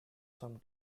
some